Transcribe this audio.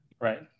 right